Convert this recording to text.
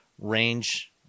range